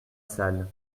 salle